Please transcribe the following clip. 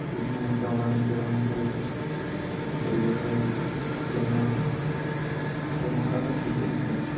जम्मू आह्लें कमरा नी दिंदे रौह्ने गी ओह् सोचदे भाई जम्मू जम्मू साढ़ा ठीक ऐ लेकिन